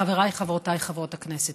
חבריי וחברותיי חברות הכנסת,